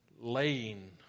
laying